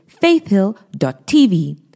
faithhill.tv